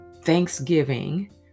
Thanksgiving